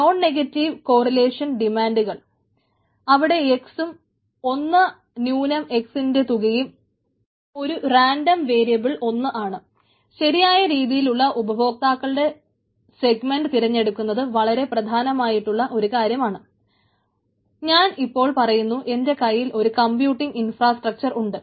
non negative correlation ഡിമാൻഡുകൾ ഉണ്ട്